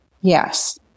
Yes